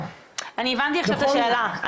אני הבנתי עכשיו את השאלה.